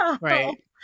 right